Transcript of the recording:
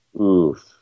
Oof